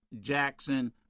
Jackson